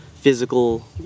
physical